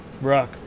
rock